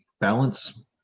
Balance